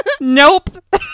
nope